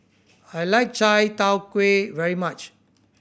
I like chai tow kway very much